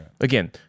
Again